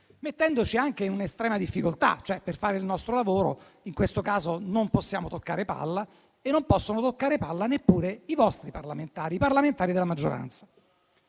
mettendoci in estrema difficoltà nel fare il nostro lavoro: in questo caso non possiamo toccare palla e non possono toccare palla neppure i vostri parlamentari, i parlamentari della maggioranza.